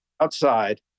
outside